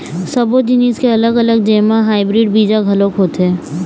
सब्बो जिनिस के अलग अलग जेमा हाइब्रिड बीजा घलोक होथे